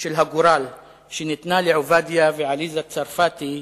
של הגורל שניתנה לעובדיה ועליזה צרפתי,